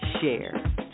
share